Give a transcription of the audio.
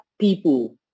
people